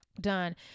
done